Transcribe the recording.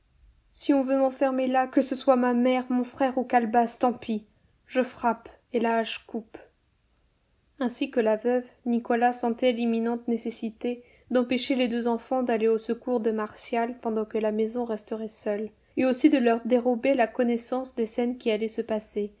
si on veut m'enfermer là que ce soit ma mère mon frère ou calebasse tant pis je frappe et la hache coupe ainsi que la veuve nicolas sentait l'imminente nécessité d'empêcher les deux enfants d'aller au secours de martial pendant que la maison resterait seule et aussi de leur dérober la connaissance des scènes qui allaient se passer